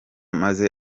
maze